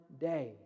day